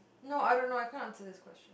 no I don't know I can't answer this question